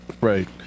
Right